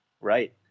Right